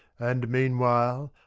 and, meanwhile,